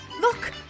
look